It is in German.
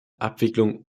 abwicklung